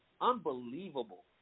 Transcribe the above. Unbelievable